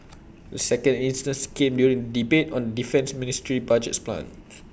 the second instance came during debate on defence ministry's budget plans